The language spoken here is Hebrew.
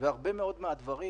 ובהרבה מאוד מן הדברים,